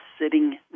sitting